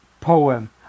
poem